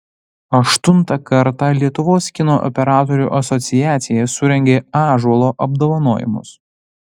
aštuntą kartą lietuvos kino operatorių asociacija surengė ąžuolo apdovanojimus